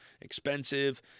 expensive